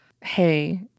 hey